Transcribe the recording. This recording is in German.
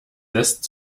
lässt